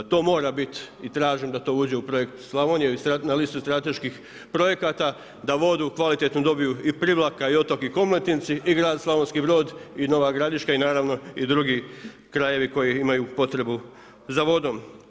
To mora bit i tražim da to uđe u projekt Slavonija i na listu strateških projekata, da vodu kvalitetnu dobiju i Privlaka i Otok i Komletinci i grad Slavonski Brod i Nova Gradiška i naravno i drugi krajevi koji imaju potrebu za vodom.